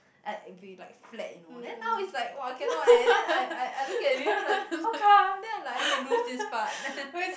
like it will be like flat you know then now is like !wah! cannot then I I I look at it then I'm like how come then I like I need to lose this part